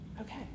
Okay